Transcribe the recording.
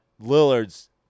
Lillard's